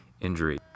injury